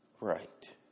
right